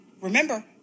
Remember